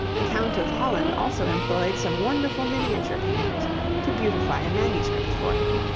the count of holland also employed some wonderful miniature painters to beautify a manuscript for him.